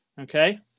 okay